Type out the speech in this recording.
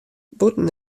bûten